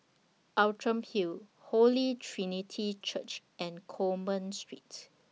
Outram Hill Holy Trinity Church and Coleman Street